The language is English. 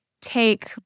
take